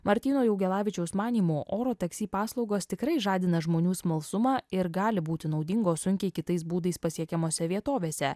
martyno jaugelavičiaus manymu oro taksi paslaugos tikrai žadina žmonių smalsumą ir gali būti naudingos sunkiai kitais būdais pasiekiamose vietovėse